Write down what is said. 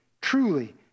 truly